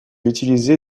réutilisé